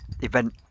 event